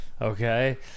Okay